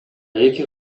эки